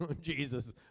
Jesus